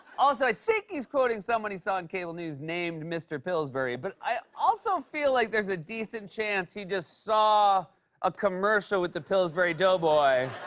also, i think he's quoting someone he saw on cable news named mr. pillsbury, but i also feel like there's a decent chance he just saw a commercial with the pillsbury doughboy